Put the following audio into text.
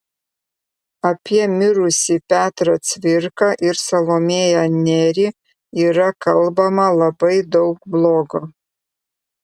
apie mirusį petrą cvirką ir salomėją nerį yra kalbama labai daug blogo